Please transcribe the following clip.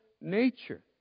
nature